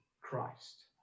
Christ